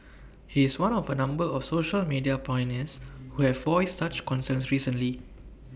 he is one of A number of social media pioneers who have voiced such concerns recently